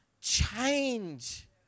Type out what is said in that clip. change